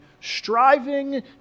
striving